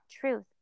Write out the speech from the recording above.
truth